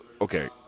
okay